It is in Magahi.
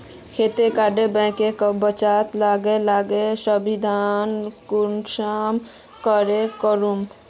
खेती डा बैंकेर बचत अलग अलग स्थानंतरण कुंसम करे करूम?